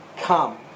come